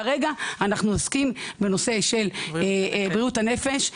כרגע אנחנו עוסקים בנושא של בריאות הנפש,